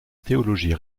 théologie